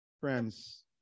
Friends